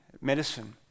Medicine